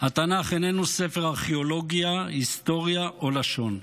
התנ"ך איננו ספר ארכיאולוגיה, היסטוריה או לשון.